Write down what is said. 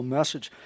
message